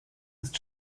ist